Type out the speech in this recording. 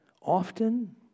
Often